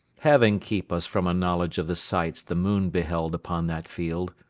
heaven keep us from a knowledge of the sights the moon beheld upon that field,